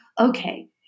okay